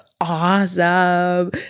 awesome